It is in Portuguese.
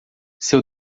seu